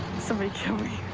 somebody kill me.